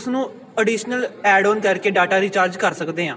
ਉਸਨੂੰ additional add on ਕਰਕੇ data recharge ਕਰ ਸਕਦੇ ਹਾਂ